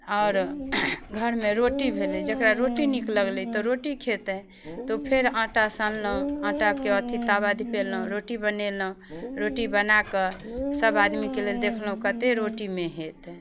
आओर घरमे रोटी भेलै जकरा रोटी नीक लगलै तऽ रोटी खेतै तऽ ओ फेर आटा सनलहुँ आटाके अथी तावा धिपेलहुँ रोटी बनेलहुँ रोटी बनाकऽ सब आदमीके लेल देखलहुँ कतेक रोटीमे हेतै